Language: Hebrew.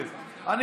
אדוני שר המשפטים,